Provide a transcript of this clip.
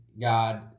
God